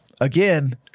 Again